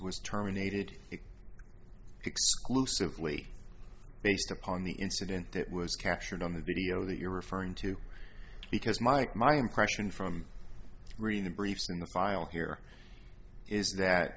was terminated exclusively based upon the incident that was captured on the video that you're referring to because mike my impression from reading the briefs in the file here is that